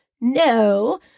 no